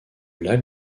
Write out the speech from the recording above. lac